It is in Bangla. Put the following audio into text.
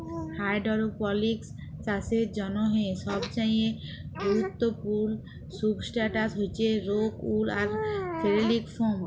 হাইডোরোপলিকস চাষের জ্যনহে সবচাঁয়ে গুরুত্তপুর্ল সুবস্ট্রাটাস হছে রোক উল আর ফেললিক ফম